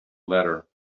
letter